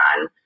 on